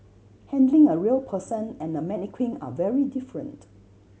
handling a real person and a mannequin are very different